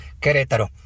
Querétaro